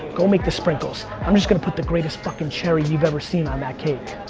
go make the sprinkles. i'm just gonna put the greatest fucking cherry you've ever seen on that cake.